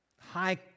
high